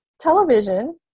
television